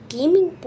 Gaming